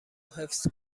حفظ